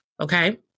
Okay